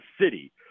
city